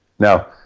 Now